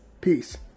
Peace